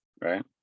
Right